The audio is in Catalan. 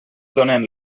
donen